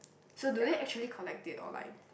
so do they actually collect it or like